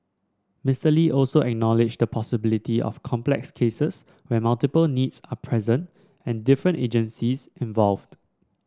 Mister Lee also acknowledged the possibility of complex cases where multiple needs are present and different agencies involved